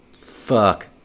Fuck